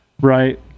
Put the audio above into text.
Right